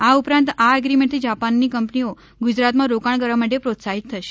આ ઉપ રાંત આ એગ્રીમેન્ટથી જા ાનની કં નીઓ ગુજરાતમાં રોકાણ કરવા માટે પ્રોત્સાહિત થશે